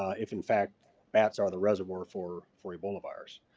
if in fact bats are the reservoir for for ebola virus.